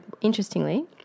interestingly